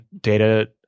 data